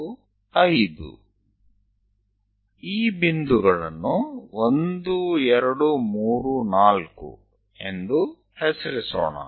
ચાલો આપણે તે બિંદુઓને 1234 નામ આપીએ